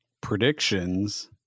predictions